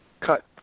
cut